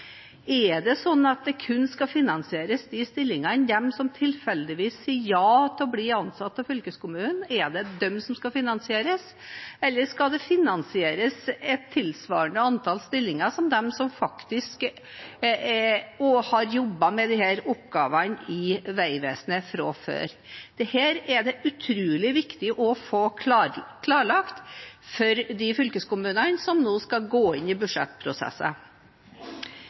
Er det sånn at en kun skal finansiere stillingene for dem som tilfeldigvis sier ja til å bli ansatt i fylkeskommunen? Er det de som skal finansieres? Eller skal det finansieres et tilsvarende antall stillinger som de som faktisk har jobbet med disse oppgavene i Statens vegvesen fra før? Dette er det utrolig viktig å få klarlagt for fylkeskommunene, som nå skal gå inn i budsjettprosesser.